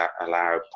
allow